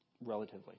relatively